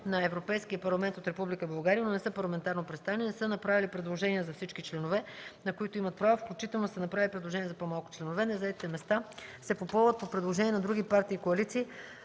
на Европейския парламент, но не са парламентарно представени, не са направили предложения за всички членове, на които имат право, включително са направили предложения за по-малко членове, незаетите места се попълват по предложение на други партии и коалиции,